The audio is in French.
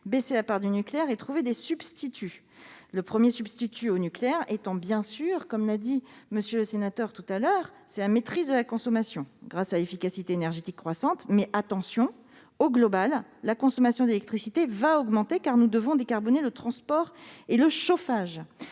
baisser la part du nucléaire et trouver des substituts. « Le premier substitut au nucléaire, c'est la maîtrise de la consommation, grâce à l'efficacité énergétique croissante. Mais attention, au global la consommation d'électricité va augmenter car nous devons décarboner le transport et le chauffage.